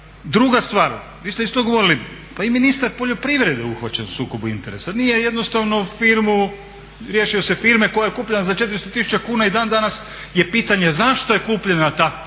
Druga stvar, vi ste isto govorili pa i ministar poljoprivrede je uhvaćen u sukobu interesa, nije jednostavno firmu, riješio se firme koja je kupljena za 400 tisuća kuna i dan danas je pitanje zašto je kupljena ta firma